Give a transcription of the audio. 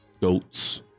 goats